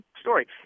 story